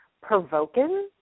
provoking